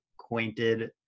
acquainted